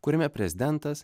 kuriame prezidentas